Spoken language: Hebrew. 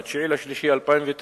ב-9 במרס 2009,